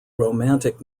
romantic